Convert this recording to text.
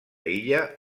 illa